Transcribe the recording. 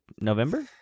November